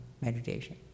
meditation